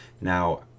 Now